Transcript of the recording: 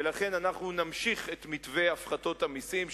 ולכן נמשיך את מתווה הפחתות המסים,